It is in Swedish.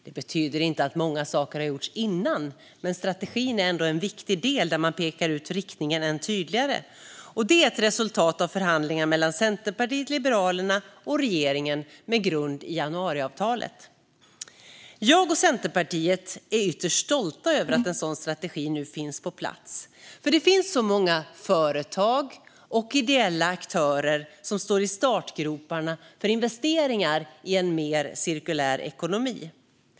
Det betyder inte att inte många saker gjorts innan, men strategin är ändå en viktig del där man pekar ut riktningen än tydligare. Den är ett resultat av förhandlingar mellan Centerpartiet, Liberalerna och regeringen med grund i januariavtalet. Jag och Centerpartiet är ytterst stolta över att en sådan strategi nu finns på plats, för det finns så många företag och ideella aktörer som står i startgroparna för investeringar i en mer cirkulär ekonomi.